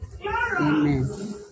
Amen